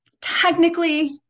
Technically